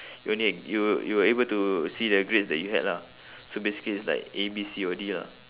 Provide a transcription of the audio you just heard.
you only you you were able to see the grades that you had lah so basically it's like A B C or D lah